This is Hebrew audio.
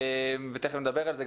ותכף נדבר על זה,